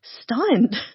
stunned